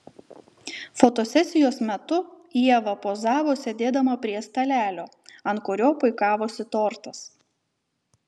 fotosesijos metu ieva pozavo sėdėdama prie stalelio ant kurio puikavosi tortas